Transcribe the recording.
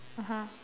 (uh huh)